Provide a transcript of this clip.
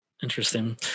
Interesting